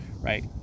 right